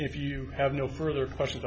if you have no further questions